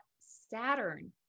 Saturn